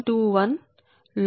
7788 x r